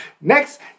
Next